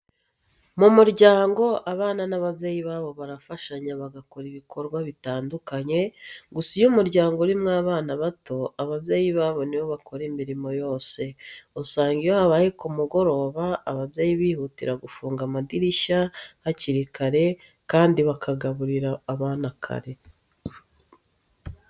Mu muryango abana n'ababyeyi babo barafashanya bagakora ibikorwa bitandukanye gusa iyo umuryango urimo abana bato, ababyeyi babo nibo bakora imirimo yose .Usanga iyo habaye ku mugoroba ababyeyi bihutira gufunga amadirishya hakiri kare kandi bakagaburira abana kare.